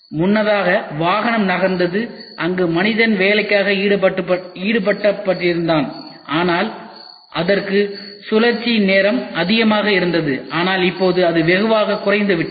முன்னதாக வாகனம் நகர்ந்தது அங்கு மனிதன் வேலைக்காக ஈடுபட்டிருந்தான் ஆனால் அதற்கு சுழற்சியின் நேரம் அதிகமாக இருந்தது ஆனால் இப்போது அது வெகுவாக குறைந்துவிட்டது